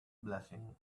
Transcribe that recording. blessing